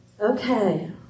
Okay